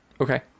Okay